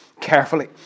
carefully